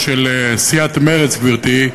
שלפעמים יש צירופי מקרים,